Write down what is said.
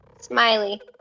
Smiley